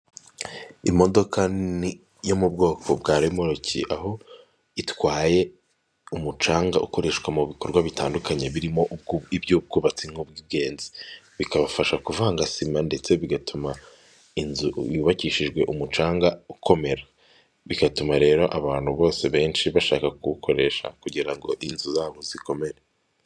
Imodoka yo mu bwoko bwa remoruki aho itwaye umucanga ukoreshwa mu bikorwa bitandukanye birimo iby'ubwubatsi nk'ubw'ingenzi bikabafasha kuvanga sima ndetse bigatuma inzu yubakishijwe umucanga ukomera, bigatuma rero abantu bose benshi bashaka kuwukoresha kugira inzu zabo zikomere.